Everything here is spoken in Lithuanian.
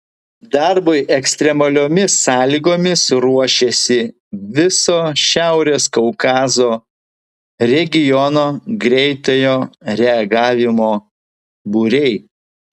darbui ekstremaliomis sąlygomis ruošiasi viso šiaurės kaukazo regiono greitojo reagavimo būriai